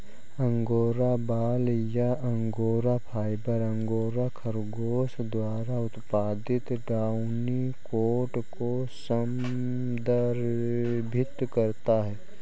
angora बाल या angora fibre, angora खरगोश द्वारा उत्पादित डाउनी कोट को संदर्भित करता है